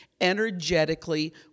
Energetically